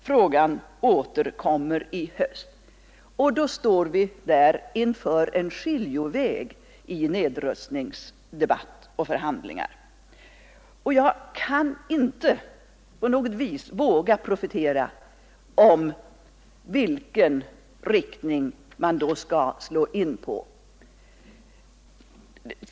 Frågan återkommer i höst, och då står vi alla inför en skiljoväg i nedrustningsdebatt och förhandlingar. Jag kan inte på något vis våga profetera om vilken riktning man då skall slå in på.